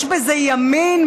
יש בזה ימין?